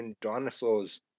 dinosaurs